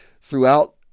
throughout